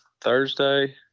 thursday